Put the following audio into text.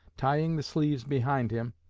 tying the sleeves behind him,